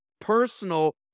personal